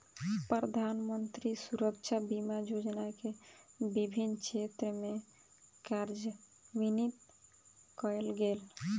प्रधानमंत्री सुरक्षा बीमा योजना के विभिन्न क्षेत्र में कार्यान्वित कयल गेल